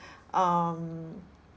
um